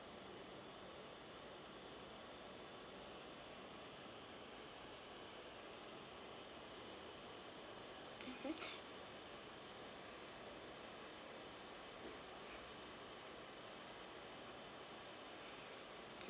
mmhmm